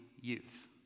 youth